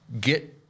get